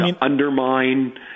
undermine